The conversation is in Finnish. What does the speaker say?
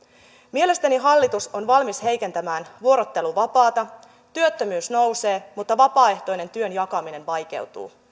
mielestäni hallitus on valmis heikentämään vuorotteluvapaata työttömyys nousee mutta vapaaehtoinen työn jakaminen vaikeutuu